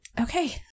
Okay